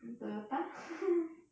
mm toyota